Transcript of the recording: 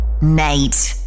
Nate